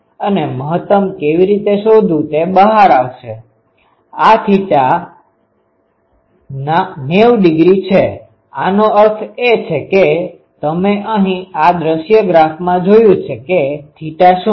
અને મહતમ કેવી રીતે શોધવું તે બહાર આવશે આ થીટાθ 90 ડિગ્રી છે આનો અર્થ એ છે કે તમે અહીં આ દૃશ્ય ગ્રાફમાં જોયું છે કે થીટા શુ છે